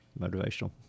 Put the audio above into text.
motivational